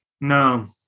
No